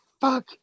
fuck